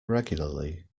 regularly